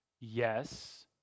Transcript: Yes